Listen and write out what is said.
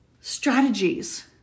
strategies